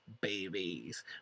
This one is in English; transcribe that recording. babies